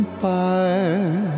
fire